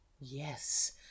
Yes